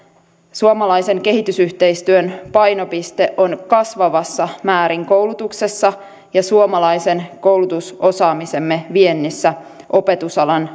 suomalaisen kehitysyhteistyön painopiste on kasvavassa määrin koulutuksessa ja suomalaisen koulutusosaamisemme viennissä opetusalan